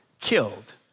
killed